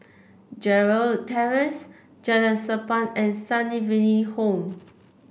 Gerald Terrace Jalan Sappan and Sunnyville Home